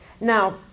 Now